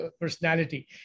personality